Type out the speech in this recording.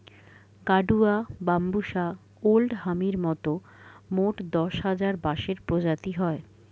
গাডুয়া, Bambusa old হামির মতন মোট দশ হাজার বাঁশের প্রজাতি হয়